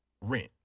rent